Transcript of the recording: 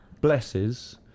blesses